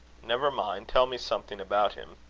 never mind. tell me something about him.